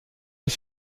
ich